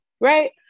Right